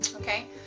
Okay